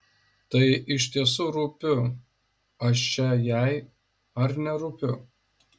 tai iš tiesų rūpiu aš čia jai ar nerūpiu